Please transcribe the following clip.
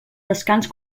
descans